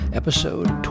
episode